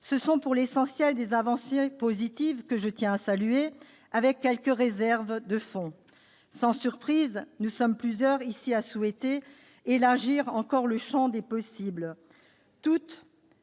Ce sont là, pour l'essentiel, des avancées positives, que je tiens à saluer, avec quelques réserves de fond. Sans surprise, nous sommes plusieurs dans cette enceinte à souhaiter élargir encore le champ des possibles,